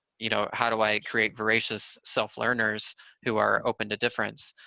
you know, how do i create voracious self-learners who are open to difference,